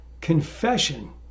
confession